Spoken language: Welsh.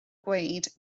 dweud